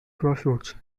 crossroads